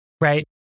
Right